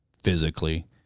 physically